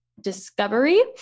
discovery